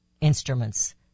instruments